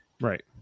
Right